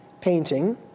painting